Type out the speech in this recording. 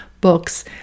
books